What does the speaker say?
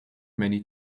many